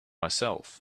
myself